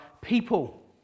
people